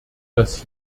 dass